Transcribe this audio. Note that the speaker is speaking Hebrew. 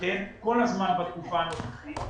כל הזמן בתקופה הנוכחית,